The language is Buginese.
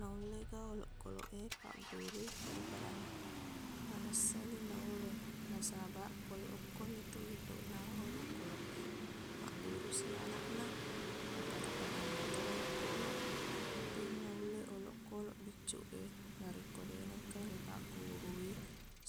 Naullega olokkolok e paggurui pada-padanna. Manessani naulle. Nasabaq, pole okkomitu indokna olokkolok e, maggurusi anakna, na pada-padannato olokkolok. Deqna nulle olokkolok biccu e narekko deq nengka laipaggurui